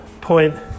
point